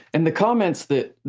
and the comments that,